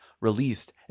released